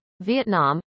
Vietnam